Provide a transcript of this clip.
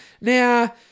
Now